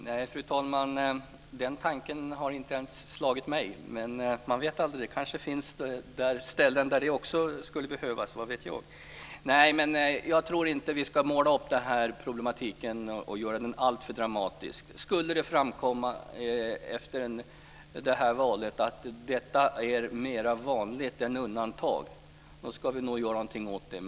Fru talman! Nej, den tanken har inte ens slagit mig. Men man vet aldrig, det kanske finns ställen där det också skulle behövas. Vad vet jag. Jag tror inte att vi ska måla upp det här problemet alltför dramatiskt. Skulle det framkomma efter det här valet att detta är mer vanligt än undantag ska vi nog göra någonting åt det.